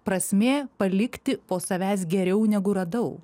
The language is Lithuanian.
prasmė palikti po savęs geriau negu radau